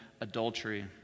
adultery